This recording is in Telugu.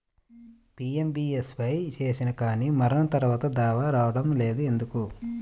పీ.ఎం.బీ.ఎస్.వై చేసినా కానీ మరణం తర్వాత దావా రావటం లేదు ఎందుకు?